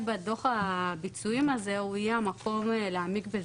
בדו"ח הביצועים הזה הוא יהיה המקום להעמיק בזה.